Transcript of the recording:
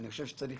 לא סתם